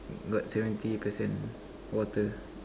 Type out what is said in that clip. got seventy percent water